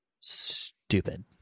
Stupid